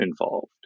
involved